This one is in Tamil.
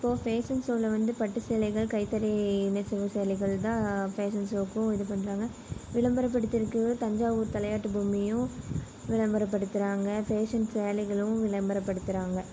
இப்போது ஃபேஷன் ஷோவில் வந்து பட்டு சேலைகள் கைத்தறி நெசவு சேலைகள் தான் ஃபேஷன் ஷோக்கும் இது பண்ணுறாங்க விளம்பரப் படுத்திருக்கிறது தஞ்சாவூர் தலையாட்டு பொம்மையையும் விளம்பரப் படுத்துகிறாங்க ஃபேஷன் சேலைகளும் விளம்பரப் படுத்துகிறாங்க